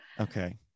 okay